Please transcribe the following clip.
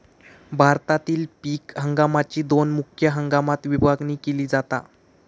भारतातील पीक हंगामाकची दोन मुख्य हंगामात विभागणी केली जाता